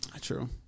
True